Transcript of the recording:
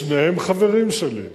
שניהם חברים שלי,